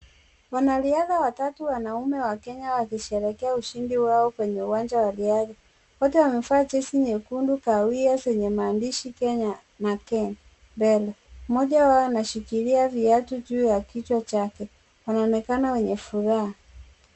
Wanariadha watatu wanaume wa kenya wakisherehekea ushindi wao kwenye uwanja wa riadha. Wote wamevaa jezi nyekundu kahawia zenye maandishi Kenya na Ken mbele. Mmoja wao anashikilia viatu juu ya kichwa chake. Wanaonekana wenye furaha.